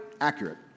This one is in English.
accurate